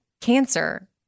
cancer